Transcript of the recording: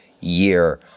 year